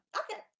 okay